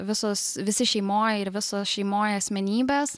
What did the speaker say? visos visi šeimoj ir visos šeimoj asmenybės